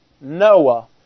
Noah